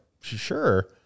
sure